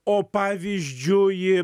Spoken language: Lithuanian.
o pavyzdžiui